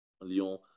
Lyon